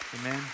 Amen